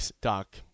Doc